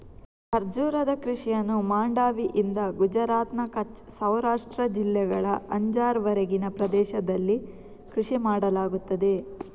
ಖರ್ಜೂರದ ಕೃಷಿಯನ್ನು ಮಾಂಡವಿಯಿಂದ ಗುಜರಾತ್ನ ಕಚ್ ಸೌರಾಷ್ಟ್ರ ಜಿಲ್ಲೆಗಳ ಅಂಜಾರ್ ವರೆಗಿನ ಪ್ರದೇಶದಲ್ಲಿ ಕೃಷಿ ಮಾಡಲಾಗುತ್ತದೆ